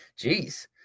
Jeez